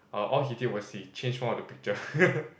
a~ all he did was he changed one of the picture